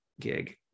gig